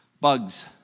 Bugs